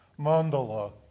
mandala